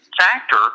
factor